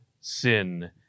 sin